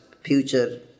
future